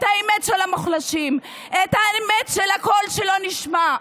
את האמת של המוחלשים, את האמת של הקול שלא נשמע.